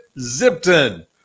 Zipton